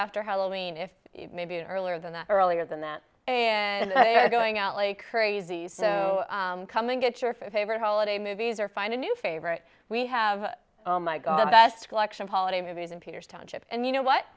after halloween if maybe an earlier than that earlier than that and going out like crazy so come and get your favorite holiday movies or find a new favorite we have all my god s collection holiday movies in peter's township and you know what